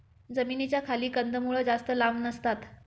जमिनीच्या खाली कंदमुळं जास्त लांब नसतात